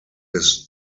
his